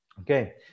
Okay